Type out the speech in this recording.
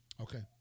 Okay